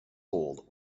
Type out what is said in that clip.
old